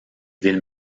ville